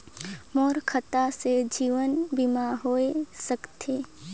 मोर खाता से जीवन बीमा होए सकथे?